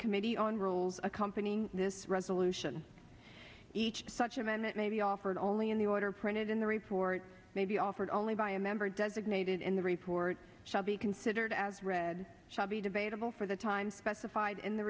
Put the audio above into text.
committee on rules accompanying this resolution each such a minute may be offered only in the order printed in the report may be offered only by a member designated in the report shall be considered as read shall be debatable for the time specified in the